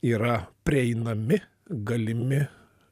yra prieinami galimi